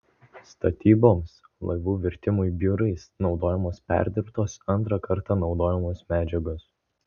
statyboms laivų virtimui biurais naudojamos perdirbtos antrą kartą naudojamos medžiagos